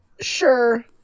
Sure